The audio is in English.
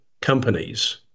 companies